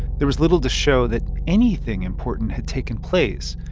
there was little to show that anything important had taken place,